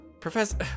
Professor